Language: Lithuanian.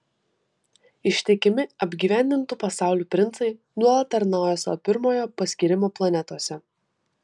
ištikimi apgyvendintų pasaulių princai nuolat tarnauja savo pirmojo paskyrimo planetose